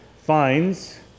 finds